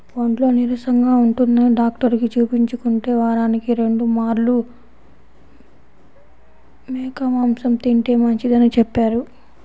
ఒంట్లో నీరసంగా ఉంటందని డాక్టరుకి చూపించుకుంటే, వారానికి రెండు మార్లు మేక మాంసం తింటే మంచిదని చెప్పారు